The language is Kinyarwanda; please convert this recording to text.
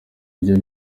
ibyo